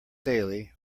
daily